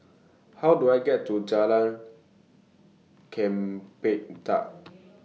How Do I get to Jalan Chempedak